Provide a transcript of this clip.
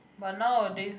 but nowadays